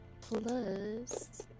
plus